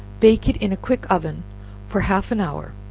bake it in a quick oven for half an hour